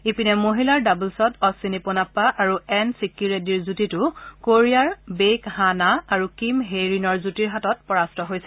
ইপিনে মহিলাৰ ডাবলছত অধিনী পোনপ্পা আৰু এন চিক্কি ৰেড্ডীৰ যুটীটো কোৰিয়াৰ বেইক হা না আৰু কিম হেই ৰীনৰ যুটীৰ হাতত পৰাস্ত হৈছে